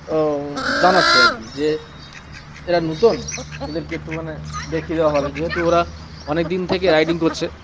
জানাচ্ছে আর কি যে এরা নূতুন এদেরকে একটুখানে দেখিয়ে দেওয়া হবে যেহেতু ওরা অনেক দিন থেকে রাইডিং করছে